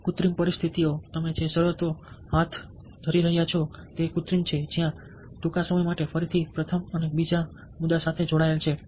કૃત્રિમ પરિસ્થિતિઓ તમે જે શરતો દ્વારા હાથ ધરી રહ્યા છો તે કૃત્રિમ છે જે ત્યાં ટૂંકા સમય માટે ફરીથી પ્રથમ અને બીજા મુદ્દા સાથે જોડાયેલ છે